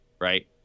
right